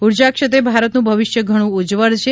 ઉર્જાક્ષેત્રે ભારતનું ભવિષ્ય ઘણું ઉજ્જવળ છે